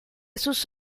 sus